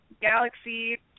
Galaxy